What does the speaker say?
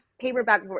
paperback